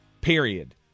Period